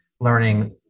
learning